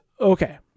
okay